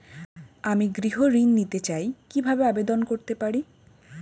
আমি গৃহ ঋণ নিতে চাই কিভাবে আবেদন করতে পারি?